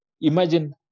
Imagine